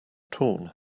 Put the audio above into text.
torn